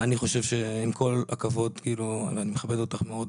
אני מכבד אותך מאוד.